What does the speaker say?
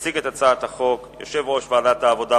יציג את הצעת החוק יושב-ראש ועדת העבודה,